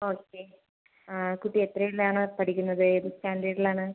okay ആ കുട്ടി എത്രയിലാണ് പഠിക്കുന്നത് ഏത് സ്റ്റാൻഡേർഡിൽ ആണ്